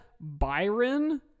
Byron